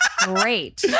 great